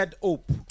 hope